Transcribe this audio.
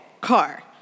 car